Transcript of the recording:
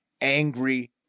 angry